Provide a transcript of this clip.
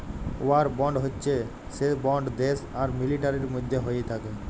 war bond হচ্যে সে bond দ্যাশ আর মিলিটারির মধ্যে হ্য়েয় থাক্যে